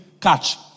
catch